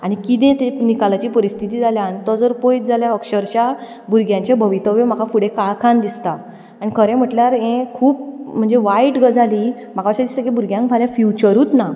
आनी कितें ते निकालाची परिस्थिती जाल्या आनी तो जर पयत जाल्यार अक्षरशा भुरग्यांचे भवितव्य म्हाका फुडें काळखांत दिसता आनी खरें म्हटल्यार हें खूब म्हणजे वायट गजाल ही म्हाका अशें दिसता की भुरग्यांक फाल्यां फ्युचरूच ना